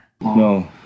No